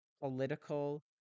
political